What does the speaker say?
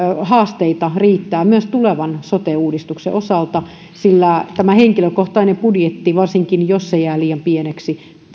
haasteita riittää myös tulevan sote uudistuksen osalta sillä tämä henkilökohtainen budjetti varsinkin jos se jää liian pieneksi